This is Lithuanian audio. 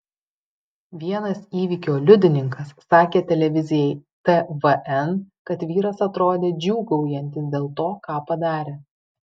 vienas įvykio liudininkas sakė televizijai tvn kad vyras atrodė džiūgaujantis dėl to ką padarė